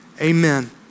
amen